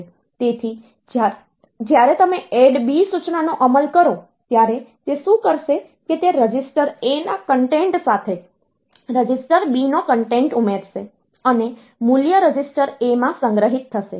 તેથી જ્યારે તમે ADD B સૂચનાનો અમલ કરો ત્યારે તે શું કરશે કે તે રજિસ્ટર Aના કન્ટેન્ટ સાથે રજિસ્ટર B નો કન્ટેન્ટ ઉમેરશે અને મૂલ્ય રજિસ્ટર A માં સંગ્રહિત થશે